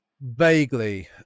Vaguely